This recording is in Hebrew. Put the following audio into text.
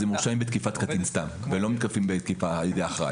הם מורשעים בתקיפת קטין סתם ולא מורשעים בתקיפה על ידי אחראי.